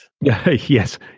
Yes